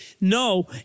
no